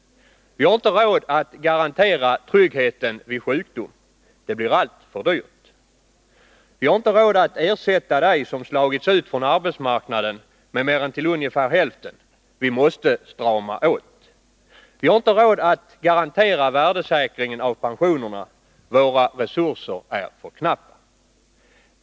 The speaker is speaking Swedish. Vi har inte råd att garantera tryggheten vid sjukdom — det blir alltför dyrt. Vi har inte råd att ersätta dig som slagits ut från arbetsmarknaden med mer än till ungefär hälften — vi måste strama åt. Vi harinte råd att garantera värdesäkringen av pensionerna — våra resurser är för knappa.